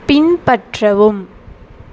பின்பற்றவும்